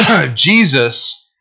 Jesus